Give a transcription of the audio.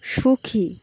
সুখী